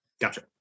Gotcha